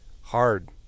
Hard